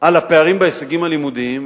על הפערים בהישגים הלימודיים,